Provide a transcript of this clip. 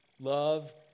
love